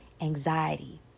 anxiety